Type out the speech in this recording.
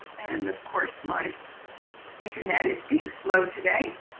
and of course my internet is being slow today